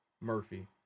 Murphy